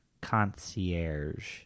concierge